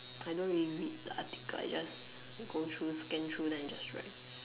I don't really read the article I just scan through and then I write